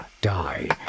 die